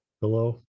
Hello